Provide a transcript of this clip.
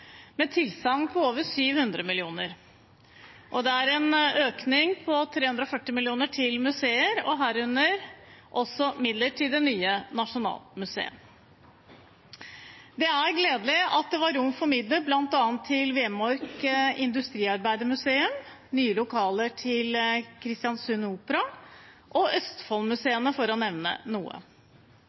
med tilsagn på over 700 mill. kr, og det er en økning på 340 mill. kr til museer, herunder også midler til det nye nasjonalmuseet. Det er gledelig at det var rom for midler til bl.a. industriarbeidermuseet på Vemork, nye lokaler til Operaen i Kristiansund og Østfoldmuseene, for å nevne noe.